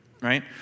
right